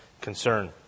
concern